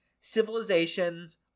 civilizations